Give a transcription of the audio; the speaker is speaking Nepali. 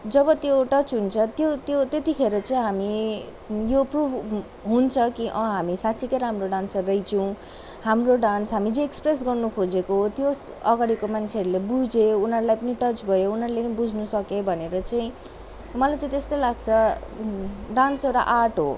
जब त्यो टच हुन्छ त्यो त्यो त्यतिखेर चाहि हामी यो प्रुभ हुन्छ कि अँ हामी साँच्चीकै राम्रो डान्सर रहेछौँ हाम्रो डान्स हामी जे एक्सप्रेस गर्नुखोजेको हो त्यो अगाडिको मान्छेहरूले बुझ्यो उनीहरूलाई पनि त टच गर्यो उनीहरूले बुझ्नुसक्यो भनेर चाहिँ मलाई चाहिँ त्यस्तै लाग्छ डान्स एउटा आर्ट हो